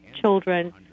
children